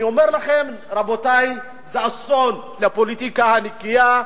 אני אומר לכם: רבותי, זה אסון לפוליטיקה הנקייה.